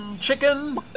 Chicken